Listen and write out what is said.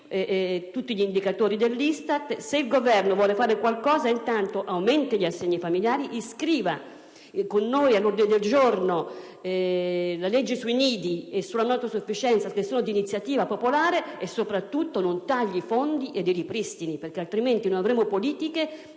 tutti gli indicatori dell'ISTAT. Se il Governo vuole fare qualcosa intanto aumenti gli assegni familiari, iscriva - come noi chiediamo - all'ordine del giorno le leggi sui nidi e sulla non autosufficienza, che sono d'iniziativa popolare, e soprattutto non tagli i fondi ma li ripristini. Altrimenti, non avremo politiche